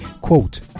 Quote